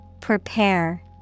Prepare